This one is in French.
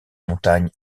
montagnes